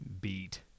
beat